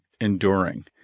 enduring